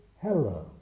hello